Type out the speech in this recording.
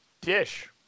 dish